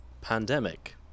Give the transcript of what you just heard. pandemic